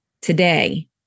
today